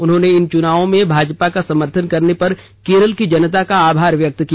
उन्होंने इन चुनावों में भाजपा का समर्थन करने पर केरल की जनता का आभार व्यक्त किया